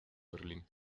berlín